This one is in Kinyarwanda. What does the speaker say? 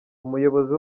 umuyobozi